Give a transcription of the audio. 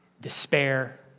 despair